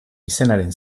izenaren